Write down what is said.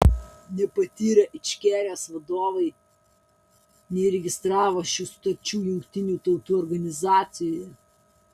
nepatyrę ičkerijos vadovai neįregistravo šių sutarčių jungtinių tautų organizacijoje